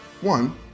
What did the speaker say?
One